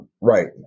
Right